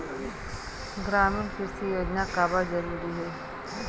ग्रामीण कृषि योजना काबर जरूरी हे?